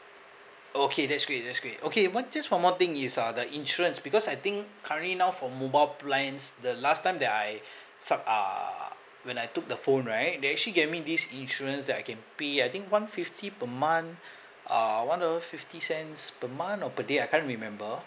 okay that's great that's great okay what just one more thing is uh the insurance because I think currently now for mobile plans the last time that I sub~ uh when I took the phone right they actually gave me this insurance that I can pay I think one fifty per month err one dollar fifty cents per month or per day I can't remember